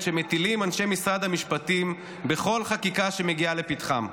שמטילים אנשי משרד המשפטים בכל חקיקה שמגיעה לפתחם.